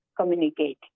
communicate